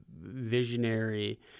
visionary